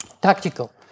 Tactical